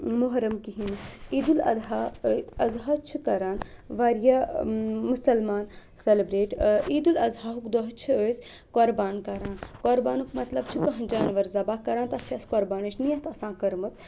محرم کِہینۍ عیٖدُالدحیٰ الضحیٰ چھِ کَران واریاہ مُسلمان سٮ۪لبرٛیٹ عیٖدالضحیٰ ہُک دۄہ چھِ أسۍ قۄربان کَران قۄربانُک مطلب چھُ کانٛہہ جانوَر ذَبح کَران تَتھ چھِ اَسہِ قۄربانٕچ نِیَت آسان کٔرمٕژ